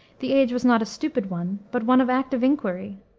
the age was not a stupid one, but one of active inquiry.